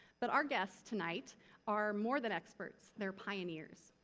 but, our guests tonight are more than experts, they're pioneers.